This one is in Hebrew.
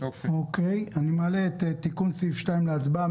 אני מעלה את תיקון סעיף 2 להצבעה.